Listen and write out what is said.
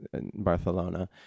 Barcelona